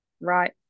right